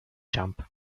jump